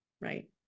Right